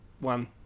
one